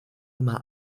immer